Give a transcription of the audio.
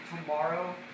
tomorrow